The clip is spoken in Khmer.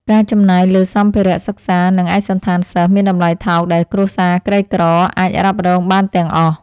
ការចំណាយលើសម្ភារៈសិក្សា និងឯកសណ្ឋានសិស្សមានតម្លៃថោកដែលគ្រួសារក្រីក្រអាចរ៉ាប់រងបានទាំងអស់។